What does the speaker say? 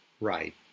right